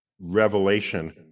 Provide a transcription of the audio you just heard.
revelation